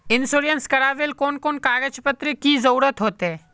Insurance करावेल कोन कोन कागज पत्र की जरूरत होते?